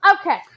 Okay